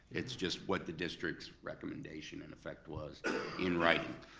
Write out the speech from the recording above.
it's just what the district's recommendation in effect was in writing,